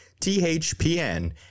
THPN